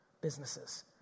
businesses